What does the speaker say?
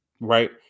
right